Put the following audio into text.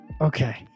Okay